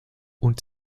und